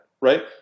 right